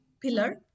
pillar